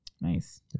Nice